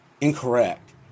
incorrect